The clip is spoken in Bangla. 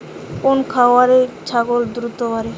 কোন খাওয়ারে ছাগল দ্রুত বাড়ে?